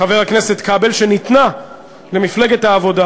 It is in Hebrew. חבר הכנסת כבל, שניתנה למפלגת העבודה